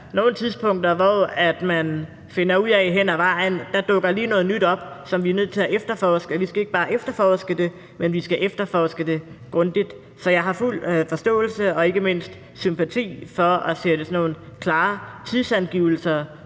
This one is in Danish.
nogle tidspunkter, hvor man hen ad vejen finder ud af, at der lige dukker noget nyt op, som man er nødt til at efterforske – vi skal ikke bare efterforske det, men vi skal efterforske det grundigt. Så jeg har fuld forståelse og ikke mindst sympati for at sætte sådan nogle klare tidsangivelser